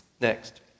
Next